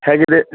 ಹೇಗಿದೆ